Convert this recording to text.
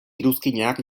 iruzkinak